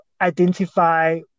identify